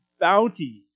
bounty